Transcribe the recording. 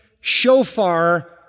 shofar